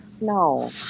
No